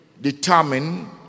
determine